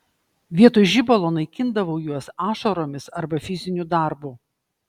vietoj žibalo naikindavau juos ašaromis arba fiziniu darbu